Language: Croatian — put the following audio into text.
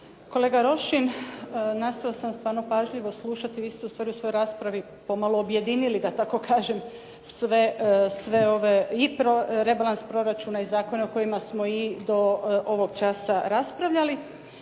Kolega Rošin nastojala sam vas stvarno pažljivo slušati. Vi ste u svojoj raspravi pomalo objedinili da tako kažem sve ove i rebalans proračuna i zakone o kojima smo i do ovog časa raspravljali.